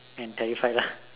and terrified lah